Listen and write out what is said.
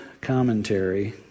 commentary